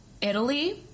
Italy